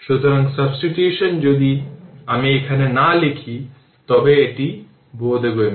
সুতরাং সাবস্টিটিউশন যদি আমি এখানে না লিখি তবে এটি বোধগম্য